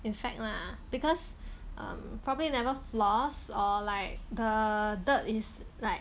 infect lah because um probably never floss or like the dirt is like